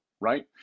right